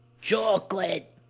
Chocolate